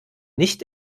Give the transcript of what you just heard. nicht